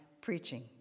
preaching